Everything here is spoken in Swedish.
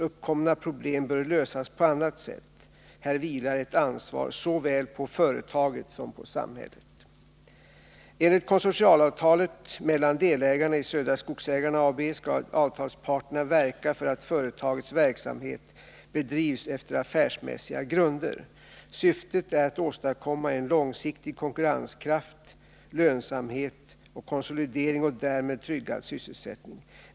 Uppkomna problem bör lösas på annat sätt. Här vilar ett ansvar såväl på företaget som på samhället. Enligt konsortialavtalet mellan delägarna i Södra Skogsägarna AB skall avtalsparterna verka för att företagets verksamhet bedrivs efter affärsmässiga grunder. Syftet är att åstadkomma en långsiktig konkurrenskraft, lönsamhet och konsolidering och därmed tryggad sysselsättning.